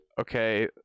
okay